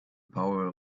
power